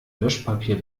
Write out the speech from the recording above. löschpapier